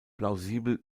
plausibel